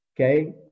okay